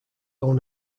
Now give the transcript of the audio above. own